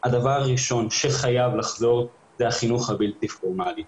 הדבר הראשון שחייב לחזור זה החינוך הבלתי פורמלי.